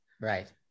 right